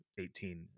18